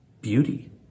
beauty